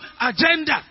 agenda